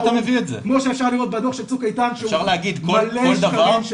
כמו שאפשר לראות בדוח של צוק איתן שהוא מלא שקרים.